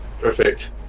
perfect